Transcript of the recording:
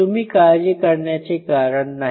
तुम्ही काळजी करण्याचे कारण नाही